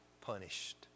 punished